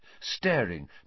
staring